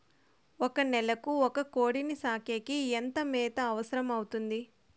ఒక నెలకు ఒక కోడిని సాకేకి ఎంత మేత అవసరమవుతుంది?